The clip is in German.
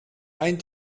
ein